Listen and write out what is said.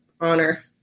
honor